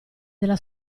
della